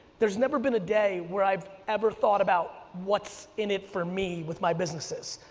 there's never been a day where i've ever thought about what's in it for me with my businesses.